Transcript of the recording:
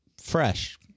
Fresh